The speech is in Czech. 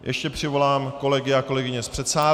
Ještě přivolám kolegy a kolegyně z předsálí.